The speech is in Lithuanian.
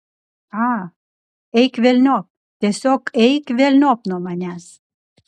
a eik velniop tiesiog eik velniop nuo manęs